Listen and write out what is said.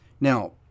Now